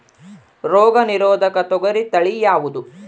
ರೋಗ ನಿರೋಧಕ ತೊಗರಿ ತಳಿ ಯಾವುದು?